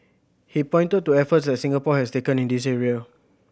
he pointed to efforts that Singapore has taken in this area